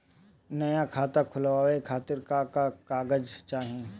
नया खाता खुलवाए खातिर का का कागज चाहीं?